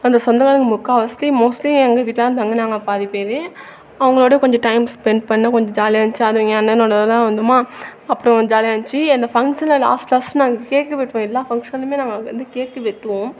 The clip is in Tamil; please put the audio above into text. அந்த சொந்தக்காரங்க முக்கால்வாஸ்ட்லி மோஸ்ட்லி எங்கள் வீட்டில் தான் தங்கினாங்க பாதி பேர் அவங்களோட கொஞ்சம் டைம் ஸ்பென்ட் பண்ணிணேன் கொஞ்சம் ஜாலியாக இருந்துச்சி அதுவும் எ ன் அண்ணனோடலாம் வந்தும்மா அப்புறோம் ஜாலியாக இருந்துச்சி அந்த ஃபங்க்ஷனில் லாஸ்ட் லாஸ்ட் நாங்கள் கேக்கு வெட்டி னோம் எல்லா ஃபங்க்ஷன்லேயுமே நாங்கள் வந்து கேக்கு வெட்டுவோம்